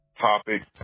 topic